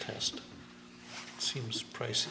test seems price